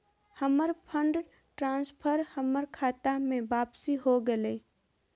हमर fund transfer हमर खता में वापसी हो गेलय